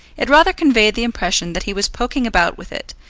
it rather conveyed the impression that he was poking about with it,